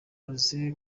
mzee